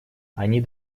они